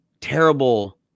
terrible